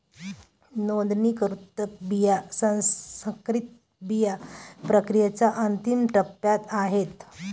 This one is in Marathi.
नोंदणीकृत बिया संकरित बिया प्रक्रियेच्या अंतिम टप्प्यात आहेत